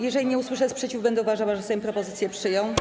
Jeżeli nie usłyszę sprzeciwu, będę uważała, że Sejm propozycję przyjął.